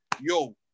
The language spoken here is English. yo